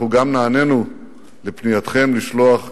אנחנו גם נענינו לפנייתכם לשלוח סיוע.